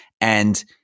and-